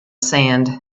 sand